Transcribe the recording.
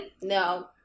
no